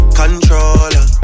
controller